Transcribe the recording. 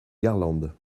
garlande